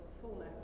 fullness